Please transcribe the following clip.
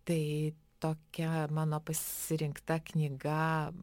tai tokia mano pasirinkta knyga